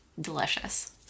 delicious